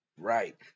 right